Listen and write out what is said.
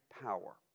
power